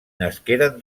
nasqueren